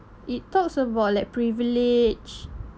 it talks about like privilege